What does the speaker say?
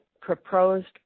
proposed